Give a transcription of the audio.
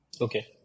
Okay